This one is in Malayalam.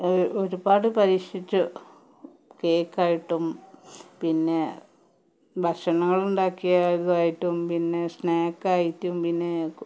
ഒരുപാട് പരീഷിച്ചു കേക്കായിട്ടും പിന്നെ ഭഷണങ്ങളുണ്ടാക്കിയതായിട്ടും പിന്നെ സ്നാക്ക് ആയിട്ടും പിന്നെ